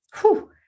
Whew